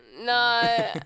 No